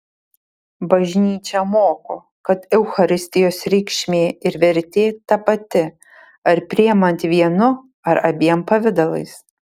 bažnyčia moko kad eucharistijos reikšmė ir vertė ta pati ar priimant vienu ar abiem pavidalais